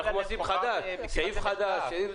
זה סעיף חדש.